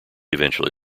eventually